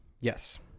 Yes